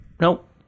Nope